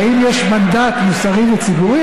האם יש מנדט מוסרי וציבורי?